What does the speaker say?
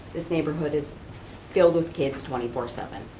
this neighborhood is filled with kids twenty four seven.